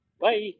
Bye